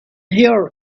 here